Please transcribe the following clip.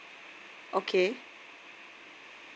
okay